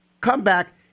comeback